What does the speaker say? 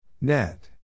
Net